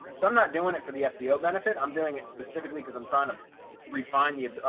so i'm not doing it for the seo benefit. i'm doing it specifically because i'm trying to refine yeah